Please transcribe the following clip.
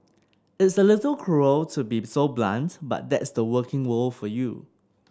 it's a little cruel to be so blunt but that's the working world for you